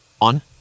on